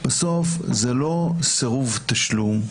בסוף זה לא סירוב תשלום.